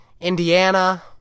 Indiana